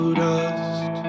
dust